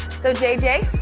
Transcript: so, jj,